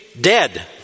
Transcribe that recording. dead